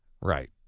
Right